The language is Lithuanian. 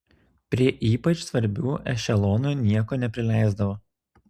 prie ypač svarbių ešelonų nieko neprileisdavo